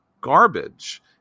garbage